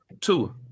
two